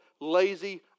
lazy